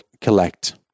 collect